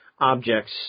Objects